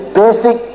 basic